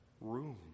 room